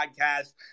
podcast